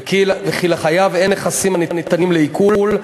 וכי לחייב אין נכסים הניתנים לעיקול,